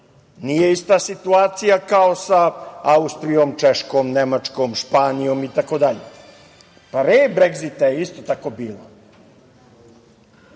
Nije ista situacija kao sa Austrijom, Češko, Nemačkom, Španijom itd. Pre Bregzita je isto tako bilo,